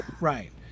right